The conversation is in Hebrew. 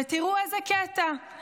ותראו איזה קטע,